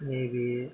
नैबे